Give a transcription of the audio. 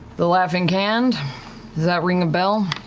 the laughing hand, does that ring a bell?